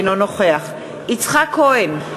אינו נוכח יצחק כהן,